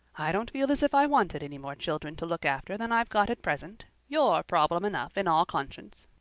i don't feel as if i wanted any more children to look after than i've got at present. you're problem enough in all conscience.